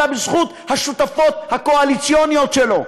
אלא בזכות השותפות הקואליציוניות שלו,